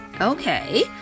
Okay